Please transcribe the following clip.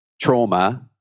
trauma